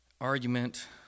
argument